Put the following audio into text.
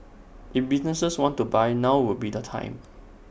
if businesses want to buy now would be the time